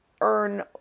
earn